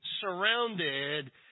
surrounded